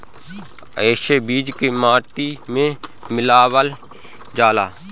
एसे बीज के माटी में मिलावल जाला